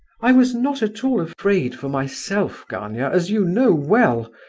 i was not at all afraid for myself, gania, as you know well.